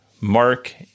Mark